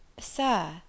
Sir